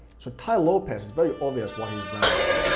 so tai lopez, it's very obvious what his brand is,